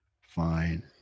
Fine